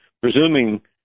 presuming